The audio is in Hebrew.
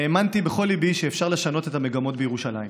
האמנתי בכל ליבי שאפשר לשנות את המגמות בירושלים.